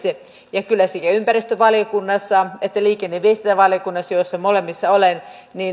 ja kyllä sekä ympäristövaliokunnassa että liikenne ja viestintävaliokunnassa joissa molemmissa olen